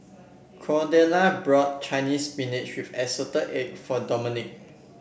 Cordella brought Chinese Spinach with assorted egg for Domonique